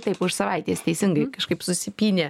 taip už savaitės teisingai kažkaip susipynė